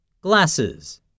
Glasses